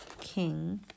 king